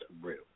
real